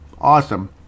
awesome